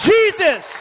Jesus